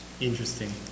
Interesting